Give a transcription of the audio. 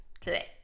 today